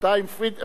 אתה עם פרידמן.